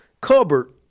cupboard